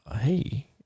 hey